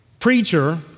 preacher